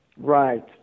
Right